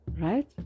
right